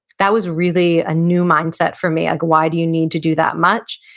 that was really a new mindset for me, like, why do you need to do that much?